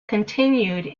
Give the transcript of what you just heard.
continued